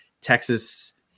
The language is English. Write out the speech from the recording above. Texas